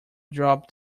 drop